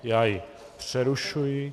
Já ji přerušuji.